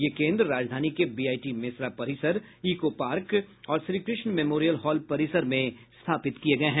ये केन्द्र राजधानी के बीआईटी मेसरा परिसर इको पार्क और श्रीकृष्ण मेमोरियल हॉल परिसर में स्थापित किये गये हैं